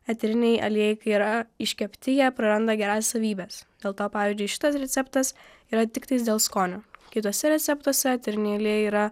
eteriniai aliejai kai yra iškepti jie praranda gerąsias savybes dėl to pavyzdžiui šitas receptas yra tiktais dėl skonio kituose receptuose eteriniai aliejai yra